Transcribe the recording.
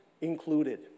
included